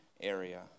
area